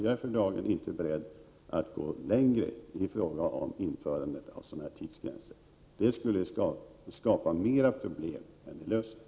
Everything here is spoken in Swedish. Jag är för dagen inte beredd att gå längre i fråga om införandet av sådana här tidsgränser. Det skulle skapa mer problem än det löser.